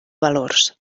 valors